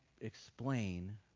explain